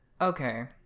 okay